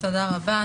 תודה רבה,